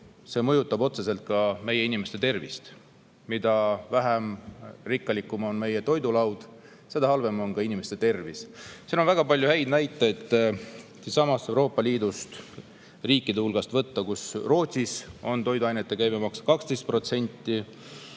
See mõjutab otseselt ka meie inimeste tervist. Mida vähem rikkalik on toidulaud, seda halvem on inimeste tervis. Väga palju häid näiteid on Euroopa Liidu riikide hulgast võtta. Rootsis on toiduainete käibemaks 12%,